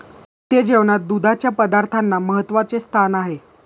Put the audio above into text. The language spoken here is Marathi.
भारतीय जेवणात दुधाच्या पदार्थांना महत्त्वाचे स्थान आहे